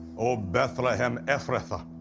o bethlehem ephrathah,